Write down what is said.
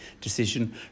decision